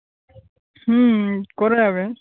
হুম করা যাবে